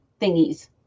thingies